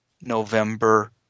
November